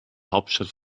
hauptstadt